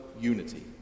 unity